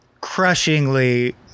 crushingly